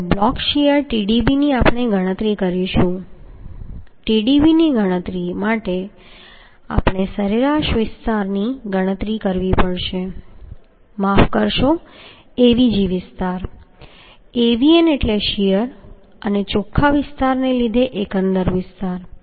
હવે block shear Tdb ની આપણે ગણતરી કરીશું Tdb ની ગણતરી માટે આપણે સરેરાશ વિસ્તારની ગણતરી કરવી પડશે માફ કરશો Avg વિસ્તાર Avn એટલે શીયર અને ચોખ્ખા વિસ્તારને લીધે એકંદર વિસ્તાર